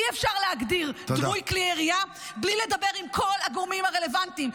אי-אפשר להגדיר דמוי כלי ירייה בלי לדבר עם כל הגורמים הרלוונטיים,